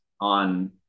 on